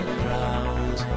ground